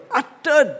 utter